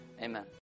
Amen